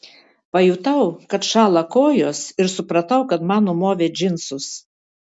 pajutau kad šąla kojos ir supratau kad man numovė džinsus